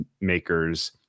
makers